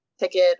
ticket